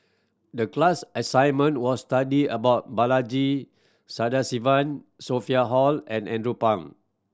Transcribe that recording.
the class assignment was study about Balaji Sadasivan Sophia Hull and Andrew Phang